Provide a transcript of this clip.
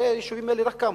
הרי היישובים האלה רק קמו.